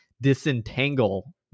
disentangle